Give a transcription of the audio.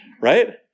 Right